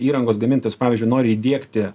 įrangos gamintojas pavyzdžiui nori įdiegti